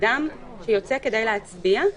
אדם שיוצא כדי להצביע,